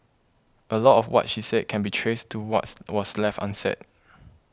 a lot of what she said can be traced to what's was left unsaid